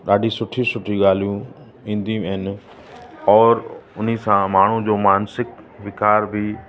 ॾाढी सुठी सुठी ॻाल्हियूं ईंदियूं आहिनि और हुन सां माण्हू जो मानसिक विकारु बि